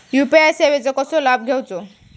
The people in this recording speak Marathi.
यू.पी.आय सेवाचो कसो लाभ घेवचो?